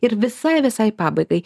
ir visai visai pabaigai